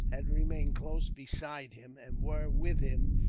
had remained close beside him and were, with him,